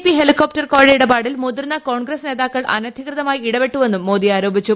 P helicopter കോഴ ഇടപാടിൽ മുതിർന്ന കോൺഗ്രസ് നേതാക്കൾ അനധികൃതമായി ഇടപെട്ടുവെന്നും മോദി ആരോപിച്ചു